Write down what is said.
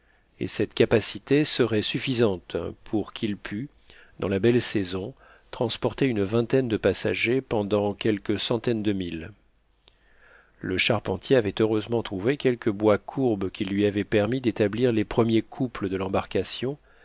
et cette capacité serait suffisante pour qu'il pût dans la belle saison transporter une vingtaine de passagers pendant quelques centaines de milles le charpentier avait heureusement trouvé quelques bois courbes qui lui avaient permis d'établir les premiers couples de l'embarcation